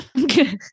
okay